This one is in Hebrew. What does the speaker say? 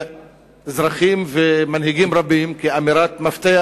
אזרחים ומנהיגים רבים כאמירת מפתח